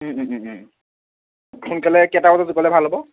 সোনকালে কেইটা বজাত গ'লে ভাল হ'ব